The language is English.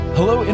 Hello